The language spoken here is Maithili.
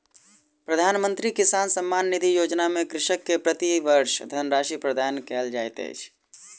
प्रधानमंत्री किसान सम्मान निधि योजना में कृषक के प्रति वर्ष धनराशि प्रदान कयल जाइत अछि